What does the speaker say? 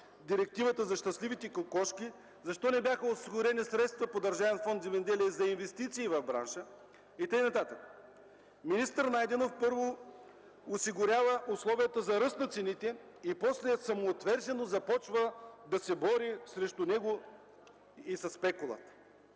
директивата за щастливите кокошки, защо не бяха осигурени средства по Държавен фонд „Земеделие” за инвестиции в бранша и така нататък. Министър Найденов първо осигурява условията за ръст на цените и после самоотвержено започва да се бори срещу него и със спекулата!